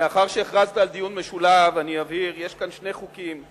מאחר שהכרזת על דיון משולב אני אבהיר: יש כאן שני חוקים.